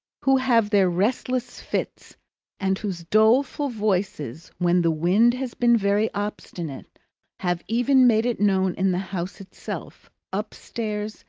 who have their restless fits and whose doleful voices when the wind has been very obstinate have even made it known in the house itself upstairs,